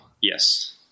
Yes